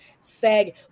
sag